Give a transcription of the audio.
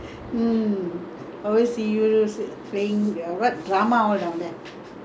you are the famous drama man there for the Veera Pandiya Katta Bomman paandiya katta bomman for the வசனம்:vasanam